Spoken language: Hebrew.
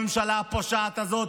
הממשלה הפושעת הזאת,